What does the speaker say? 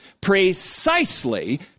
precisely